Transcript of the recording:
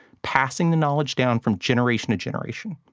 passing the knowledge down from generation to generation.